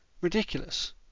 ridiculous